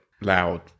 loud